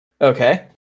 Okay